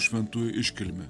šventųjų iškilmę